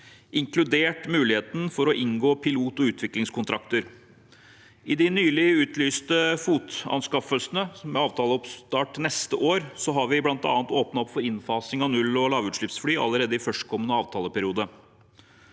inkludert muligheten for å inngå pilot- og utviklingskontrakter. I de nylig utlyste FOT-anskaffelsene, med avtaleoppstart neste år, har vi bl.a. åpnet opp for innfasing av null- og lavutslippsfly allerede i førstkommende avtaleperiode.